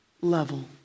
level